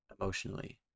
emotionally